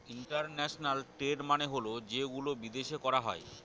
international trade মানে হল যেগুলো বিদেশে করা হয়